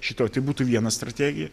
šito tai būtų viena strategija